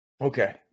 okay